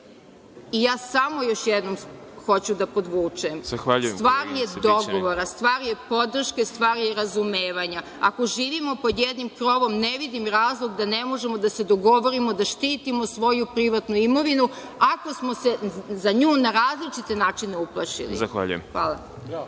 ih štite. Još jednom hoću da podvučem, stvar je dogovora, stvar je podrške, stvar je razumevanja. Ako živimo pod jednim krovom ne vidim razlog da ne možemo da se dogovorimo da štitimo svoju privatnu imovinu, ako smo se za nju na različite načine uplašili. Hvala.